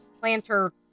planter